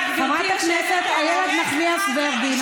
חברת הכנסת איילת נחמיאס ורבין,